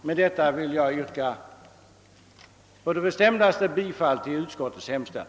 Med detta vill jag på det bestämdaste yrka bifall till utskottets hemställan.